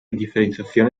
differenziazione